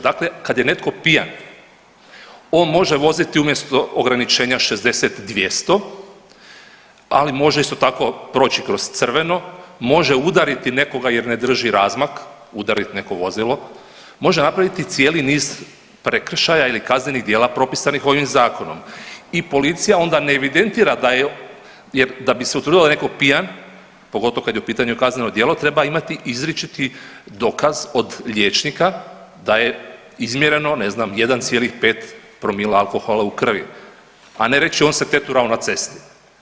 Dakle, kad je netko pijan on može voziti umjesto ograničenja 60 200, ali može isto tako proći kroz crveno, može udariti nekoga jer ne drži razmak, udarit neko vozilo, može napraviti cijeli niz prekršaja ili kaznenih djela propisanih ovim zakonom i policija onda ne evidentira da jer da bi se utvrdilo da je neko pijan, pogotovo kad je u pitanju kazneno djelo, treba imati izričiti dokaz od liječnika da je izmjereno, ne znam 1,5 promila alkohola u krvi, a ne reći on se teturao na cesti.